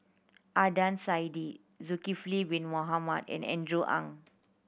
Adnan Saidi Zulkifli Bin Mohamed and Andrew Ang